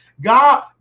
god